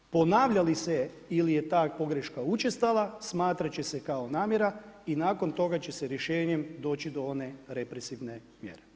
Ponavljali se ili je ta pogreška učestala smatrati će se kao namjera i nakon toga će se rješenjem doći do one represivne mjere.